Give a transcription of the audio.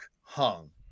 hung